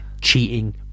Cheating